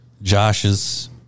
josh's